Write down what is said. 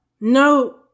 no